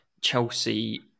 Chelsea